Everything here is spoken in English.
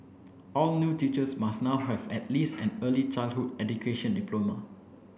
all new teachers must now have at least an early childhood education diploma